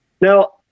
Now